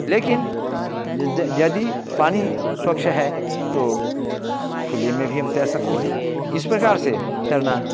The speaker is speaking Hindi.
लेकिन ज ज यदि पानी स्वच्छ है तो खुले में भी हम तैर सकते हैं इस प्रकार से तैरना